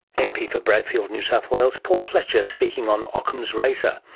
mp for bradfield new south wales paul fletcher, speaking on ockham's razor.